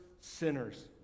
sinners